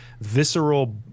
visceral